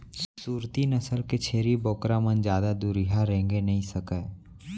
सूरती नसल के छेरी बोकरा मन जादा दुरिहा रेंगे नइ सकय